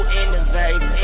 innovative